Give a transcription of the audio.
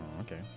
okay